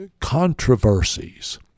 Controversies